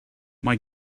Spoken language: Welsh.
mae